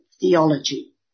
theology